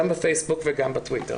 גם בפייסבוק וגם בטוויטר.